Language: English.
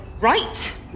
Right